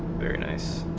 very nice